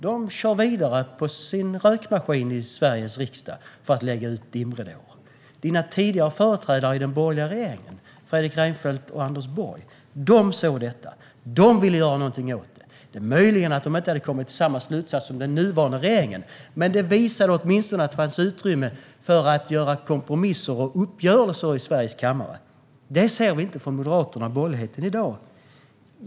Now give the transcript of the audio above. De kör vidare med sin rökmaskin i Sveriges riksdag för att lägga ut dimridåer. Dina tidigare företrädare i den borgerliga regeringen, Fredrik Reinfeldt och Anders Borg, såg detta och ville göra något åt det. Det är möjligt att de inte hade kommit till samma slutsats som den nuvarande regeringen, men det visade åtminstone att det fanns utrymme för kompromisser och uppgörelser i kammaren. Det ser vi inte från Moderaterna och borgerligheten i dag.